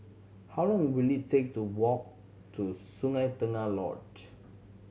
how long will it take to walk to Sungei Tengah Lodge